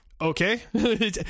Okay